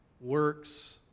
Works